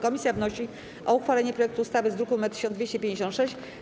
Komisja wnosi o uchwalenie projektu ustawy z druku nr 1256.